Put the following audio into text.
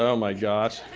ah um my gosh.